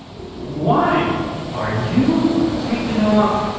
why are you taking off?